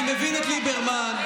אני מבין את ליברמן,